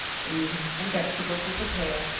the meat and vegetables were prepared,